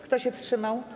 Kto się wstrzymał?